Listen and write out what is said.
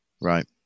Right